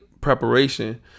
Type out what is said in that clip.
preparation